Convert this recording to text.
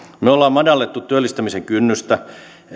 me olemme madaltaneet työllistämisen kynnystä